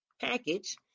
package